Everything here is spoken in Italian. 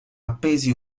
appesi